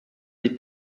des